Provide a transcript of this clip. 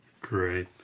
Great